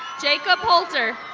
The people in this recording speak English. jacob holter.